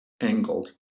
angled